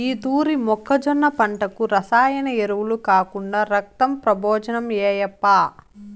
ఈ తూరి మొక్కజొన్న పంటకు రసాయన ఎరువులు కాకుండా రక్తం ప్రబోజనం ఏయప్పా